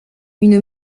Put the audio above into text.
une